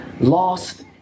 Lost